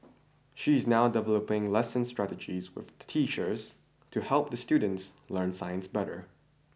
she is now developing lesson strategies with teachers to help students learn science better